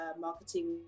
marketing